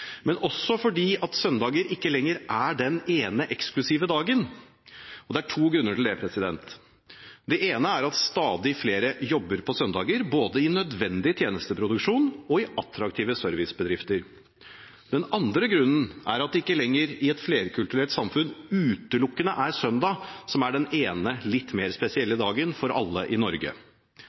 men også fordi søndager ikke lenger er den ene eksklusive dagen. Det er to grunner til det. Den ene grunnen er at stadig flere jobber på søndager, både i nødvendig tjenesteproduksjon og i attraktive servicebedrifter. Den andre er at det ikke lenger i et flerkulturelt samfunn utelukkende er søndag som er den ene litt mer spesielle dagen for alle i Norge.